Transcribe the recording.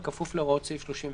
בכפוף להוראות סעיף 31."